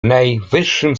najwyższym